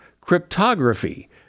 Cryptography